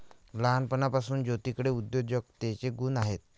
लहानपणापासून ज्योतीकडे उद्योजकतेचे गुण आहेत